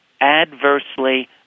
adversely